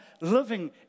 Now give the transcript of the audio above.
living